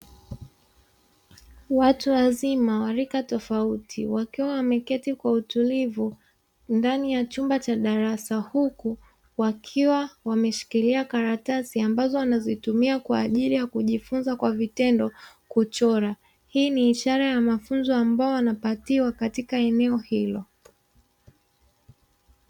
Watu wazima wa rika tofauti, wakiwa wameketi kwa utulivu ndani ya chumba cha darasa, huku wakiwa wameshikilia karatasi ambazo wanazitumia kwa ajili ya kujifunza kwa vitendo kuchora. Hii ni ishara ya mafunzo ambayo wanapatiwa katika eneo hilo.